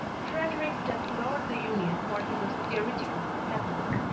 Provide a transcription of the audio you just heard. frederic deplored the union for he was theoretically a catholic.